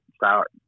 start